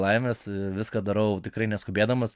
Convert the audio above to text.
laimės viską darau tikrai neskubėdamas